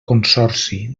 consorci